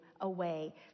away